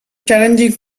challenging